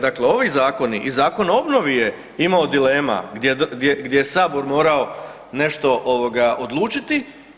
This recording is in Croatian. Dakle ovi zakoni i Zakon o obnovi je imao dilema gdje je Sabor morao nešto odlučiti.